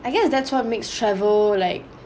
I guess that's what makes travel like